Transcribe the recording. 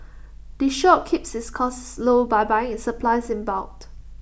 the shop keeps its costs low by buying its supplies in bulked